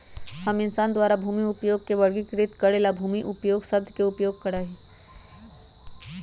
हम इंसान द्वारा भूमि उपयोग के वर्गीकृत करे ला भूमि उपयोग शब्द के उपयोग करा हई